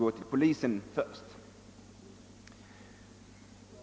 att gå till polisen först.